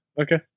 Okay